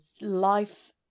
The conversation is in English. life